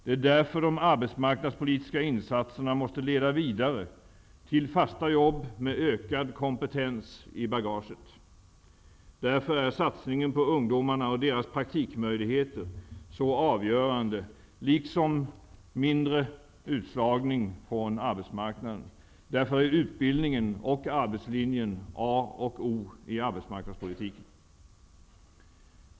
Det är därför de arbetsmarknadspolitiska insatserna måste leda vidare till fasta jobb med ökad kompetens i bagaget. Därför är satsningen på ungdomarna och deras praktikmöjligheter så avgörande liksom att utslagningen från arbetsmarknaden blir mindre. Därför är utbildningen och arbetslinjen A och O i arbetsmarknadspolitiken.